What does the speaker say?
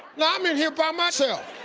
now i'm in here by myself.